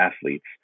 athletes